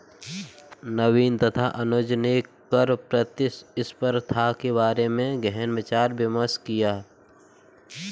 नवीन तथा अनुज ने कर प्रतिस्पर्धा के बारे में गहन विचार विमर्श किया